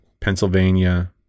Pennsylvania